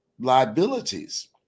liabilities